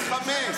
לא, אתה מתחמק.